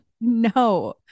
No